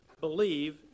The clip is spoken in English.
believe